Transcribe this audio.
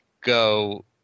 go